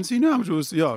pensinio amžiaus jo